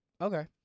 Okay